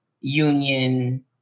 union